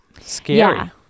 Scary